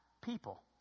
people